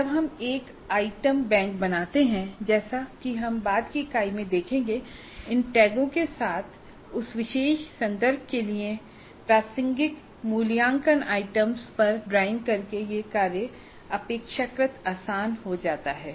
जब हम एक आइटम बैंक बनाते हैं जैसा कि हम बाद की इकाई में देखेंगे इन टैगों के साथ उस विशेष संदर्भ के लिए प्रासंगिक मूल्यांकन आइटम्स पर ड्राइंग करके यह कार्य अपेक्षाकृत आसान हो जाता है